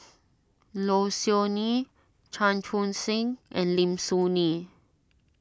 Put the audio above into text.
Low Siew Nghee Chan Chun Sing and Lim Soo Ngee